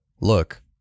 look